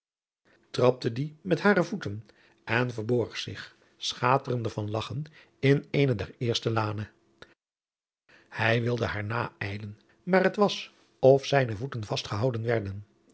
trapte dien met hare voeten en verborg zich schaterende van lagchen in eene der eerste lanen hij wilde haar naijlen maar het was of zijne voeten vastgehouden werden